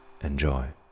Enjoy